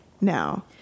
now